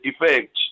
effect